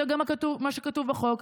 זה גם מה שכתוב בחוק,